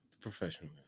Professional